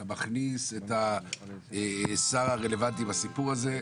אתה מכניס את השר הרלוונטי בסיפור הזה.